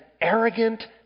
arrogant